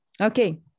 okay